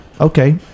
okay